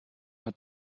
hat